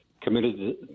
committed